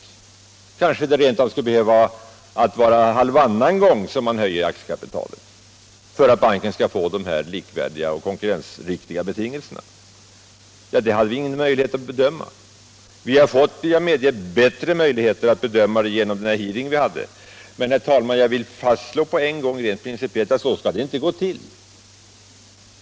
Det kanske rent av skulle behöva höjas halvannan gång för att banken skall få de likvärdiga och konkurrensriktiga betingelserna. Det hade vi ingen möjlighet att bedöma. Vi har — det medger jag —- genom hearingen fått bättre möjligheter att göra en bedömning. Men, herr talman, jag vill rent principiellt fastslå att så skall det inte gå till.